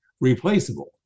replaceable